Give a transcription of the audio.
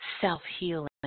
self-healing